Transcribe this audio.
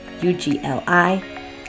u-g-l-i